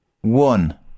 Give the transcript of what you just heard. one